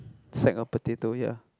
sack a potato here